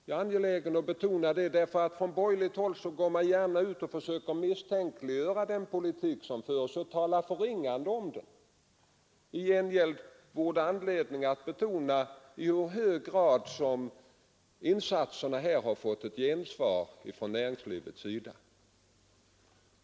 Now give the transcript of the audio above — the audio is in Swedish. Jag är angelägen att betona detta, eftersom man från borgerligt håll gärna försöker misstänkliggöra den politik som förs och tala förringande om den. I stället vore det anledning att betona i hur hög grad dessa insatser fått ett gensvar från näringslivets sida.